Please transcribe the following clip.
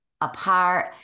apart